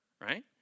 right